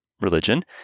religion